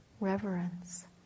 reverence